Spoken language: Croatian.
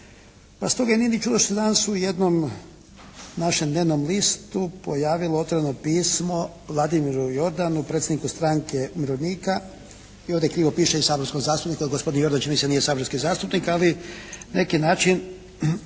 pa stoga nije ni čudno što se danas u jednom našem dnevnom listu pojavilo otvoreno pismo Vladimiru Jordanu predsjedniku stranke umirovljenika, i ovdje krivo piše i saborskog zastupnika, gospodin Jordan čini mi se nije saborski zastupnik ali na neki način